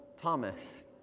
Thomas